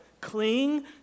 cling